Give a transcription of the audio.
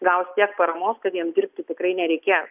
gaus tiek paramos kad jiem dirbti tikrai nereikės